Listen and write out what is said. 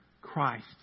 Christ